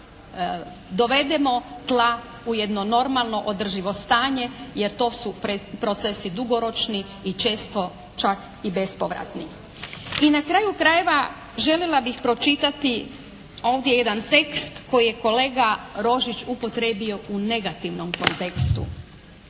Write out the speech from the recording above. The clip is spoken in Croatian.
dovedemo tla u jedno normalno, održivo stanje jer to su procesi dugoročni i često čak i bespovratni. I na kraju krajeva željela bih pročitati ovdje jedan tekst koji je kolega Rožić upotrijebio u negativnom kontekstu.